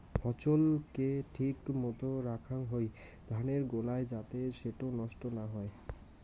ফছল কে ঠিক মতো রাখাং হই ধানের গোলায় যাতে সেটো নষ্ট না হই